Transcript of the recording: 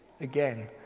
again